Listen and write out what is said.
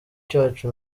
cyacu